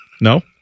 No